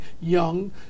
young